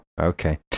Okay